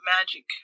magic